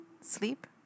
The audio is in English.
Sleep